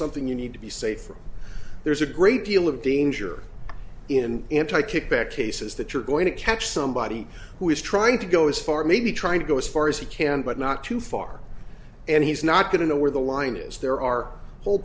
something you need to be safe from there's a great deal of danger in anti kickback cases that you're going to catch somebody who is trying to go as far maybe trying to go as far as he can but not too far and he's not going to know where the line is there are whole